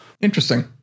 Interesting